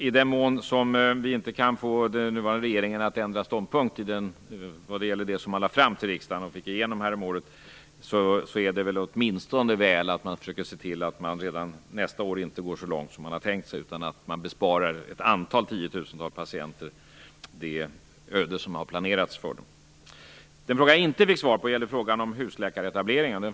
I den mån vi inte kan få den nuvarande regeringen att ändra ståndpunkt vad gäller förslaget som man lade fram till riksdagen och fick igenom häromåret, är det åtminstone väl om man försöker se till att man inte redan nästa år går så långt som man hade tänkt sig, utan i stället besparar tiotusentals patienter det öde som planerats för dem. Den fråga som jag inte fick svar på gällde husläkaretableringar.